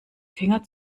finger